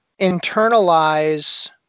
internalize